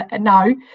no